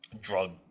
drug